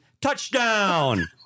touchdown